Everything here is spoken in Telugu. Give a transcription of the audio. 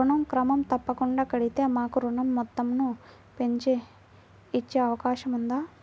ఋణం క్రమం తప్పకుండా కడితే మాకు ఋణం మొత్తంను పెంచి ఇచ్చే అవకాశం ఉందా?